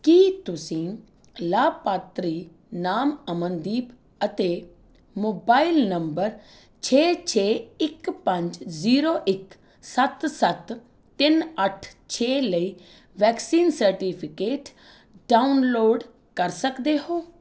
ਕੀ ਤੁਸੀਂ ਲਾਭਪਾਤਰੀ ਨਾਮ ਅਮਨਦੀਪ ਅਤੇ ਮੋਬਾਈਲ ਨੰਬਰ ਛੇ ਛੇ ਇੱਕ ਪੰਜ ਜ਼ੀਰੋ ਇੱਕ ਸੱਤ ਸੱਤ ਤਿੰਨ ਅੱਠ ਛੇ ਲਈ ਵੈਕਸੀਨ ਸਰਟੀਫਿਕੇਟ ਡਾਊਨਲੋਡ ਕਰ ਸਕਦੇ ਹੋ